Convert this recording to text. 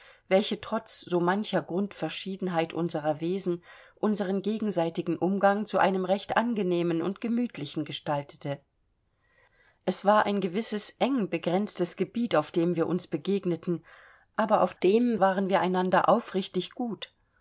welche trotz so mancher grundverschiedenheit unserer wesen unseren gegenseitigen umgang zu einem recht angenehmen und gemütlichen gestaltete es war ein gewisses engbegrenztes gebiet auf dem wir uns begegneten aber auf dem waren wir einander aufrichtig gut